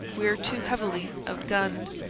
we are too heavily outgunned.